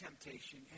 temptation